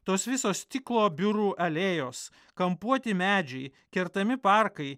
tos visos stiklo biurų alėjos kampuoti medžiai kertami parkai